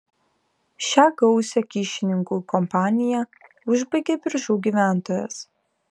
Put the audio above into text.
šią gausią kyšininkų kompaniją užbaigė biržų gyventojas